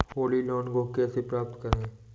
Holi loan को कैसे प्राप्त करें?